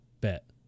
bet